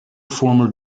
former